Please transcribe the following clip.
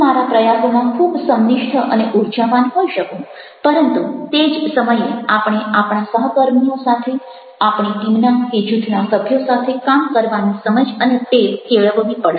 હું મારા પ્રયાસોમાં ખૂબ સંનિષ્ઠ અને ઉર્જાવાન હોઇ શકું પરંતુ તે જ સમયે આપણે આપણા સહકર્મીઓ સાથે આપણી ટીમના કે જૂથના સભ્યો સાથે કામ કરવાની સમજ અને ટેવ કેળવવી પડશે